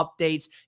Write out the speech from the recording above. updates